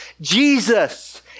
Jesus